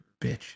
bitch